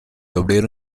obrero